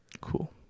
cool